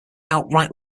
outright